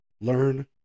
Learn